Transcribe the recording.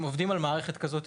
שהם עובדים על מערכת כזאת,